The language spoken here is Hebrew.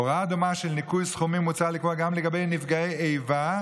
הוראה דומה של ניכוי סכומים מוצע לקבוע גם לגבי נפגעי איבה,